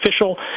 official